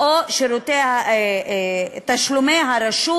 או אפילו תשלומי הרשות.